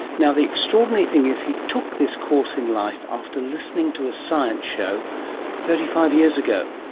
now, the extraordinary thing is he took this course in life after listening to a science show thirty five years ago.